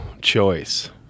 choice